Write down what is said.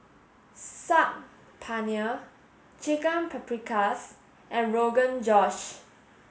Saag Paneer Chicken Paprikas and Rogan Josh